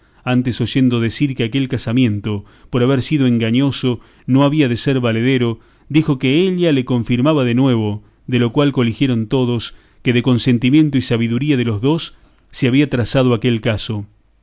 antes oyendo decir que aquel casamiento por haber sido engañoso no había de ser valedero dijo que ella le confirmaba de nuevo de lo cual coligieron todos que de consentimiento y sabiduría de los dos se había trazado aquel caso